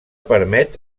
permet